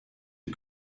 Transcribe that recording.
den